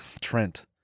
Trent